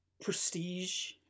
Prestige